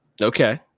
Okay